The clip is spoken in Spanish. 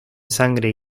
sangre